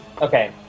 okay